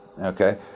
Okay